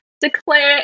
declare